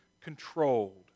controlled